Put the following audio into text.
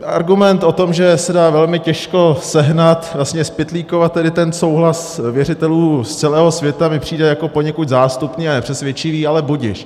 Argument o tom, že se dá velmi těžko sehnat, vlastně zpytlíkovat tedy ten souhlas věřitelů z celého světa, mi přijde jako poněkud zástupný a nepřesvědčivý, ale budiž.